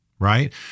Right